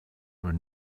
were